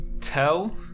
tell